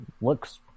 looks